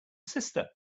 sister